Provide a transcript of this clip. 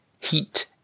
Heat